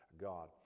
God